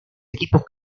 equipos